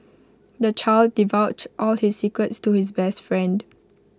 the child divulged all his secrets to his best friend